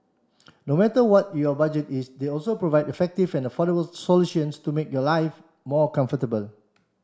no matter what your budget is they also provide effective and affordable solutions to make your life more comfortable